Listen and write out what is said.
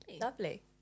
lovely